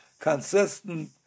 consistent